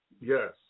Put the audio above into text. Yes